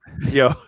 Yo